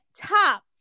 top